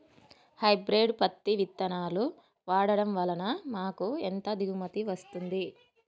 Hybrid పత్తి విత్తనాలు వాడడం వలన మాకు ఎంత దిగుమతి వస్తుంది?